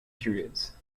periods